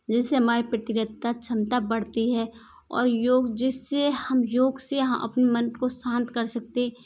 जिस से हमारी प्रतिरोधकता क्षमता बढ़ती है और योग जिस से हम योग से अ अपने मन को शांत कर सकते